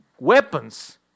weapons